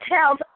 tells